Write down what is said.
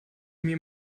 mir